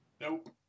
Nope